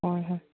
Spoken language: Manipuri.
ꯍꯣꯏ ꯍꯣꯏ